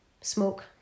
smoke